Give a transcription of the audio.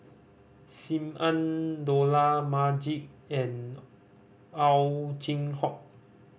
Sim Ann Dollah Majid and Ow Chin Hock